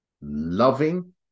Loving